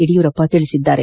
ಯಡಿಯೂರಪ್ಪ ಹೇಳಿದ್ದಾರೆ